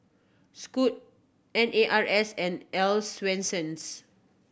Scoot N A R S and Earl's Swensens